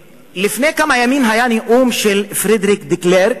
לפני כמה ימים היה נאום של פרדריק דה קלרק,